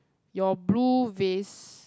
your blue vase